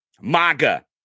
MAGA